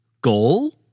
goal